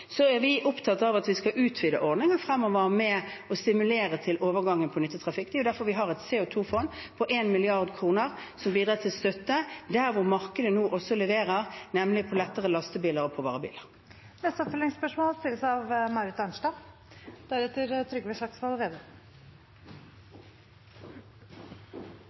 Så er vi opptatt av at vi skal utvide ordninger fremover med å stimulere til overgangen til nyttetrafikk. Det er derfor vi har et CO 2 -fond på 1 mrd. kr som bidrar til støtte der markedet nå også leverer, nemlig til lettere lastebiler og varebiler. Marit Arnstad – til oppfølgingsspørsmål.